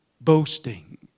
Boasting